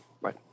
Right